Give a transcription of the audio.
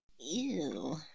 Ew